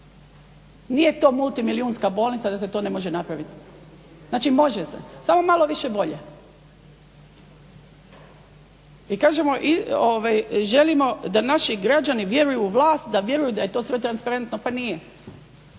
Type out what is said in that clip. Nije to multimilijunska bolnica da se to ne može napraviti. Znači, može se samo malo više volje. I želimo da naši građani vjeruju u vlast, da vjeruju da je to sve transparentno pa nije,